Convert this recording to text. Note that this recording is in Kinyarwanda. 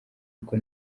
kuko